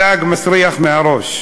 הדג מסריח מהראש.